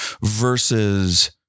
versus